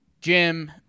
Jim